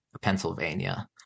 Pennsylvania